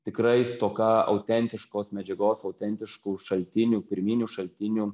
tikrai stoka autentiškos medžiagos autentiškų šaltinių pirminių šaltinių